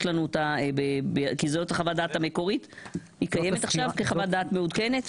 היא קיימת עכשיו כחוות דעת מעודכנת?